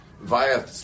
via